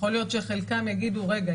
יכול להיות שחלקם יגידו: רגע,